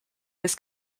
his